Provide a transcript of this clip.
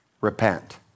Repent